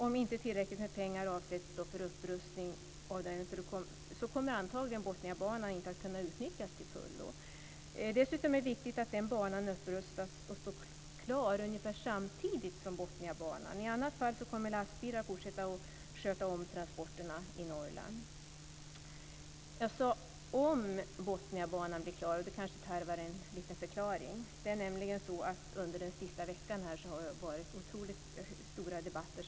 Om inte tillräckligt med pengar avsätts för upprustning av den kommer Botniabanan antagligen inte att kunna utnyttjas till fullo. Dessutom är det viktigt att banan upprustas och står klar ungefär samtidigt med Botniabanan. I annat fall kommer lastbilar att fortsätta att sköta om transporterna i Jag sade om Botniabanan blir klar. Det kanske tarvar en liten förklaring. Under den senaste veckan har det varit stora debatter.